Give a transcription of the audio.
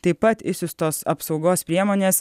taip pat išsiųstos apsaugos priemonės